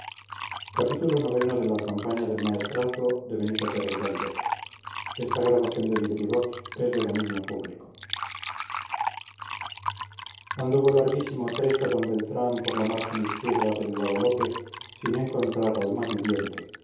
anduvo larguísimo trecho d beltrán por la margen izquierda del guadalope sin encontrar alma viviente